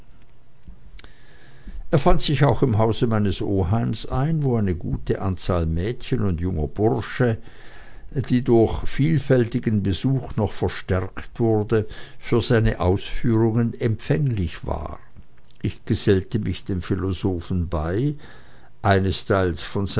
er fand sich auch im hause meines oheims ein wo eine gute anzahl mädchen und junger bursche die durch vielfältigen besuch noch verstärkt wurde für seine aufführungen empfänglich war ich gesellte mich dem philosophen bei einesteils von